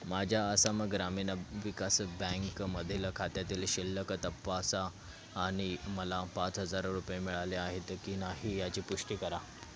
माझ्या आसाम ग्रामीण विकास बँकमधील खात्यातील शिल्लक तपासा आणि मला पाच हजार रुपये मिळाले आहेत की नाही याची पुष्टी करा